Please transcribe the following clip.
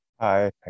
Hi